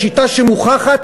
היא שיטה שמוכחת,